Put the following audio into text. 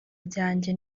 byanjye